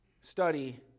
study